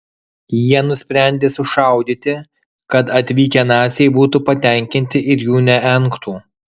jie nusprendė sušaudyti kad atvykę naciai būtų patenkinti ir jų neengtų